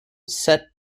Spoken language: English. set